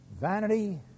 vanity